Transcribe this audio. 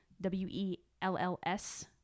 W-E-L-L-S